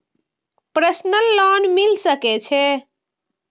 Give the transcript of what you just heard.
Personal loan मिल सके छे?